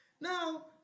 Now